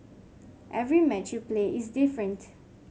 every match you play is different